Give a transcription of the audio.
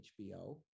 HBO